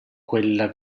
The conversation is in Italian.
quella